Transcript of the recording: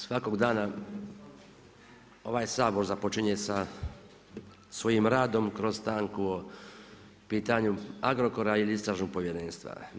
Svakog dana ovaj Sabor započinje sa svojim radom kroz stanku o pitanju Agrokora ili Istražnog povjerenstva.